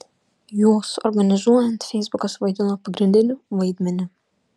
juos organizuojant feisbukas vaidino pagrindinį vaidmenį